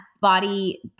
body